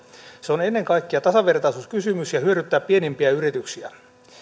se on ennen kaikkea tasavertaisuuskysymys ja hyödyttää pienimpiä yrityksiä